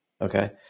Okay